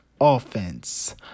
offense